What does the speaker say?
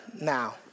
now